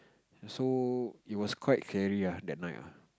so it was quite scary ah that night ah